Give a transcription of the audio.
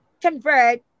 convert